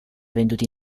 venduti